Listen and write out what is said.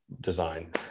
design